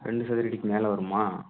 ரெண்டு சதுரடிக்கு மேலே வருமா